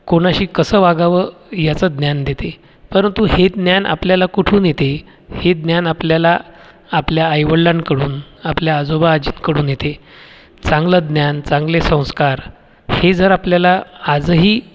कोणाशी कसं वागावं याचं ज्ञान देते परंतु हे ज्ञान आपल्याला कुठून येते हे ज्ञान आपल्याला आपल्या आईवडलांकडून आपल्या आजोबा आजीकडून येते चांगलं ज्ञान चांगले संस्कार हे जर आपल्याला आजही